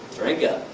drink up,